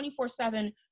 24-7